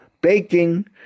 baking